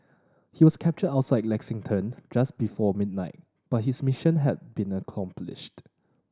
he was captured outside Lexington just before midnight but his mission had been accomplished